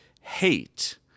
hate